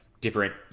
different